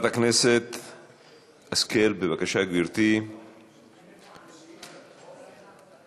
אין מתנגדים, אין נמנעים.